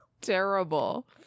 terrible